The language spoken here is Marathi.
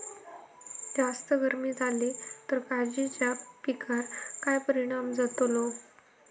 जास्त गर्मी जाली तर काजीच्या पीकार काय परिणाम जतालो?